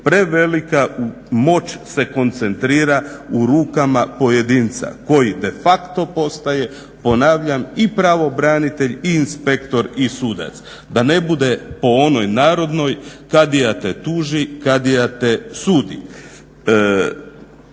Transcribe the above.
prevelika moć se koncentrira u rukama pojedinca koji de facto postaje ponavljam i pravobranitelj i inspektor i sudac. Da ne bude po onoj narodnoj: kadija te tuži, kadija te sudi.